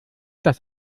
das